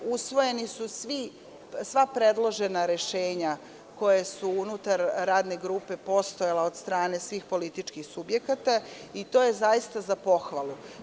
Usvojena su sva predložena rešenja koja su unutar radne grupe postojala od strane svih političkih subjekata, i to je zaista za pohvalu.